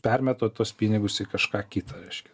permetat tuos pinigus į kažką kita reiškia